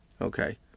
Okay